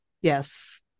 yes